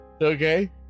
Okay